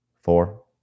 four